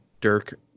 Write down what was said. Dirk